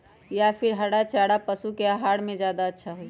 या फिर हरा चारा पशु के आहार में ज्यादा अच्छा होई?